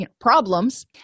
problems